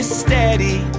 steady